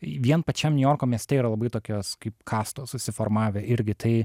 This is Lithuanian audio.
vien pačiam niujorko mieste yra labai tokios kaip kastos susiformavę irgi tai